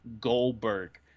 Goldberg